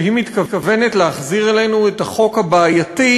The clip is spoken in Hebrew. שהיא מתכוונת להחזיר אלינו את החוק הבעייתי,